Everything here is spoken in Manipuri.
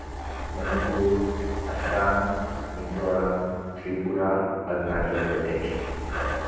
ꯃꯅꯤꯄꯨꯔ ꯑꯁꯥꯝ ꯃꯤꯖꯣꯔꯥꯝ ꯇ꯭ꯔꯤꯄꯨꯔꯥ ꯑꯔꯨꯅꯥꯆꯜ ꯄ꯭ꯔꯗꯦꯁ